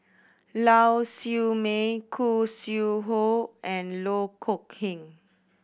Lau Siew Mei Khoo Sui Hoe and Loh Kok Heng